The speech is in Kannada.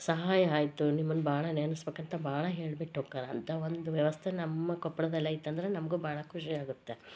ಸಹಾಯ ಆಯಿತು ನಿಮ್ಮನ್ನು ಭಾಳ ನೆನಸ್ಬೇಕಂತ ಭಾಳ ಹೇಳ್ಬಿಟ್ಟು ಹೋಗ್ತಾರೆ ಅಂತ ಒಂದು ವ್ಯವಸ್ಥೆ ನಮ್ಮ ಕೊಪ್ಪಳ್ದಲ್ಲಿ ಇದೆಯಂದ್ರೆ ನಮಗೂ ಭಾಳ ಖುಷಿ ಆಗುತ್ತೆ